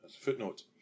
footnote